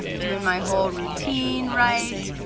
doing my whole routine right.